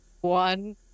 one